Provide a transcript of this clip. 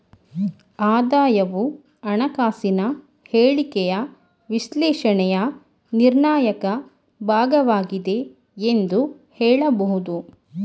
ಆದಾಯವು ಹಣಕಾಸಿನ ಹೇಳಿಕೆಯ ವಿಶ್ಲೇಷಣೆಯ ನಿರ್ಣಾಯಕ ಭಾಗವಾಗಿದೆ ಎಂದು ಹೇಳಬಹುದು